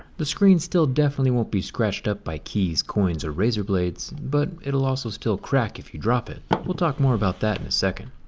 the screen still definitely won't be scratched up by keys, coins, or razor blades. but it'll also still crack if you drop it. we'll talk more about that in a second.